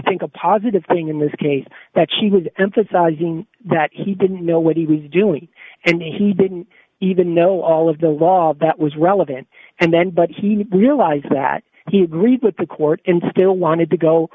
think a positive thing in this case that she was emphasizing that he didn't know what he was doing and he didn't even know all of the law that was relevant and then but he realized that he agreed with the court and still wanted to go